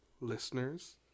listeners